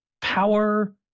power